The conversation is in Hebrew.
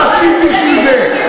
מה עשית בשביל זה?